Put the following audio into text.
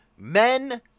Men